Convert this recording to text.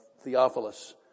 Theophilus